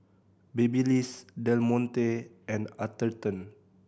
Babyliss Del Monte and Atherton